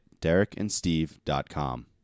DerekAndSteve.com